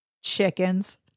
Chickens